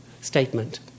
statement